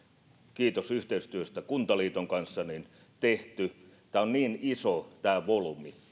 kiitos yhteistyöstä kuntaliiton kanssa tämä volyymi on niin iso